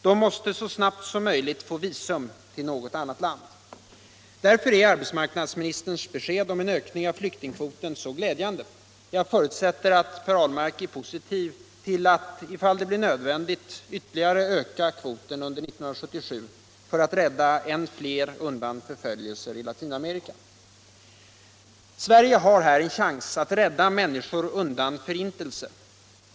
De måste så snabbt som möjligt få visum till något annat land. Därför är arbetsmarknadsministerns besked om en ökning av flyktingkvoten så glädjande. Jag förutsätter att Per Ahlmark är positiv till att, ifall det blir nödvändigt, ytterligare öka kvoten under 1977 för att rädda än fler undan förföljelser i Latinamerika. Sverige har här en chans att rädda människor undan förintelse.